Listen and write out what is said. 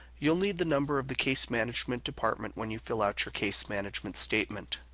you'll need the number of the case management department when you fill out your case management statement.